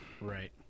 Right